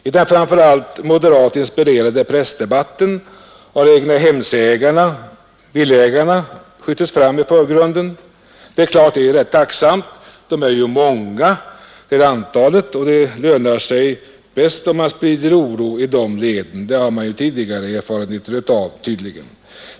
I den framför allt moderat inspirerade pressdebatten har egnahemsägarna —villaägarna skjutits i förgrunden. Det är klart att det är tacksamt. De är så många att det taktiskt lönar sig bäst om man kan sprida oro i de leden. Det har man tydligen tidigare erfarenheter av.